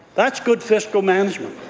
that's good fiscal management.